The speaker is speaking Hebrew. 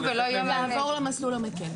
לעבור למסלול המקל.